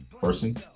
person